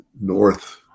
north